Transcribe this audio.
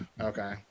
Okay